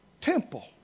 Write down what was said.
temple